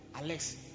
Alex